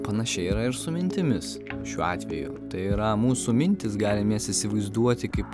panašiai yra ir su mintimis šiuo atveju tai yra mūsų mintys galim jas įsivaizduoti kaip